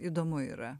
įdomu yra